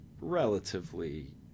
relatively